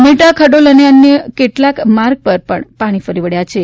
ઉમેટા ખડોલ તથા અન્ય કેટલાંક માર્ગ ઉપર પાણી ફરી વબ્યા હતા